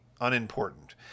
unimportant